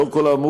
לאור כל האמור,